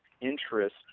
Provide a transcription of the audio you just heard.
interest